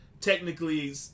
technically